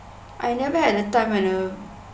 I never had a time when a